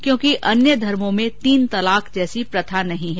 क्योंकि अन्य धर्मों में तीन तलाक जैसी प्रथा नहीं है